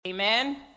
Amen